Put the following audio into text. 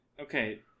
Okay